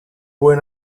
buen